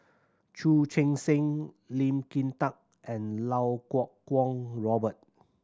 Chu Chee Seng Lee Kin Tat and Iau Kuo Kwong Robert